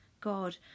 God